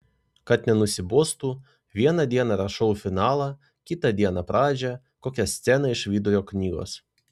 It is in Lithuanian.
kad nenusibostų vieną dieną rašau finalą kitą dieną pradžią kokią sceną iš vidurio knygos